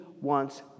wants